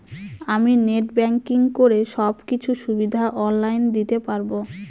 আমি net banking করে সব কিছু সুবিধা অন লাইন দিতে পারবো?